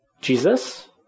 Jesus